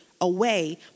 away